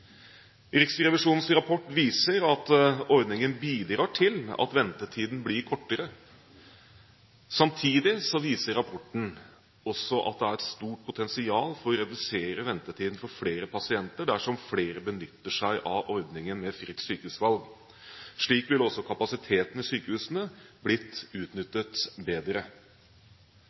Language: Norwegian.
Riksrevisjonens rapport viser at ordningen bidrar til at ventetiden blir kortere. Samtidig viser rapporten også at det er et stort potensial for å redusere ventetiden for flere pasienter dersom flere benytter seg av ordningen med fritt sykehusvalg. Slik ville også kapasiteten i sykehusene blitt utnyttet bedre.